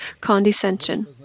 condescension